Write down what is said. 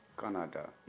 Canada